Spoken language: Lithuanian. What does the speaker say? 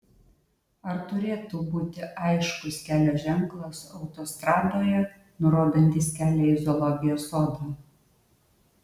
ar turėtų būti aiškus kelio ženklas autostradoje nurodantis kelią į zoologijos sodą